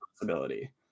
possibility